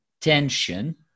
tension